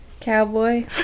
Cowboy